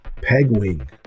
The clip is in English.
Pegwing